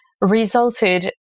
resulted